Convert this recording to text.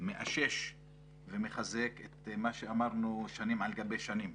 מאשש ומחזק את מה שאמרנו שנים על גבי שנים.